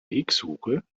wegsuche